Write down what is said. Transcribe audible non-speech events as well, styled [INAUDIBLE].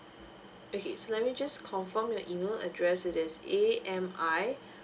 okay so let me just confirm your email address it is a m i [BREATH]